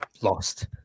Lost